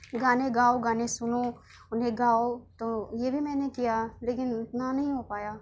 گانے گاؤ گانے سنو انہیں گاؤ تو یہ بھی میں نے کیا لیکن اتنا نہیں ہو پایا